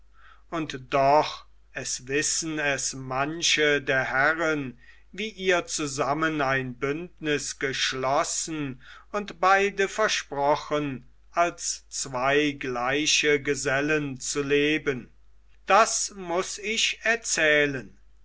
und doch es wissen es manche der herren wie ihr zusammen ein bündnis geschlossen und beide versprochen als zwei gleiche gesellen zu leben das muß ich erzählen